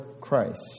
Christ